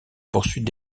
poursuite